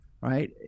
right